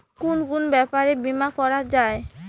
কুন কুন ব্যাপারে বীমা করা যায়?